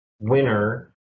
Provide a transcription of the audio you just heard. winner